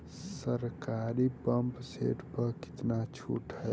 सरकारी pump set प कितना छूट हैं?